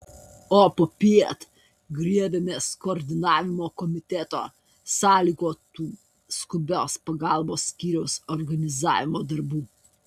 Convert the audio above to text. o popiet griebėmės koordinavimo komiteto sąlygotų skubios pagalbos skyriaus organizavimo darbų